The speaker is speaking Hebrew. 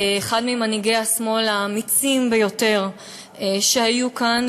אחד ממנהיגי השמאל האמיצים ביותר שהיו כאן,